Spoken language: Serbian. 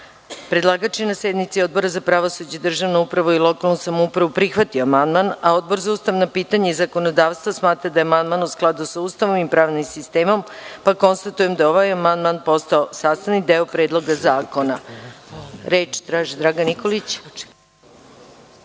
39.Predlagač je na sednici Odbora za pravosuđe, državnu upravu i lokalnu samoupravu prihvatio amandman. Odbor za ustavna pitanja i zakonodavstvo smatra da je amandman u skladu sa Ustavom i pravnim sistemom. Konstatujem da je ovaj amandman postao sastavni deo Predloga zakona. Na